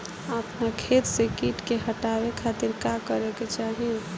अपना खेत से कीट के हतावे खातिर का करे के चाही?